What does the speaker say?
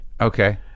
okay